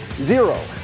zero